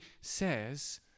says